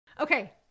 Okay